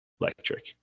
Electric